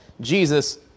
Jesus